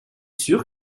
sûr